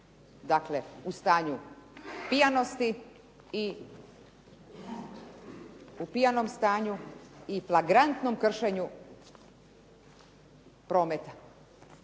Dakle, u stanju pijanosti, u pijanom stanju i flagrantnom kršenju prometa,